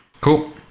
Cool